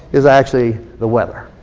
is actually the weather.